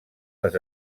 les